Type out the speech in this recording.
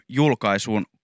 julkaisuun